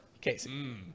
Casey